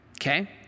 okay